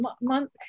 month